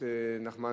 6652,